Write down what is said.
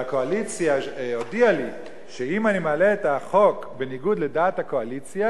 והקואליציה הודיעה לי שאם אני מעלה את החוק בניגוד לדעת הקואליציה,